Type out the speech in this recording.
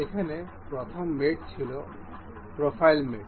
এখানে প্রথম মেট হল প্রোফাইল মেট